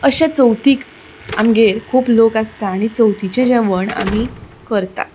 अशें चवथीक आमगेर खूब लोक आसता आनी चवथीचें जेवण आमी करता